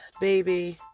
baby